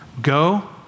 go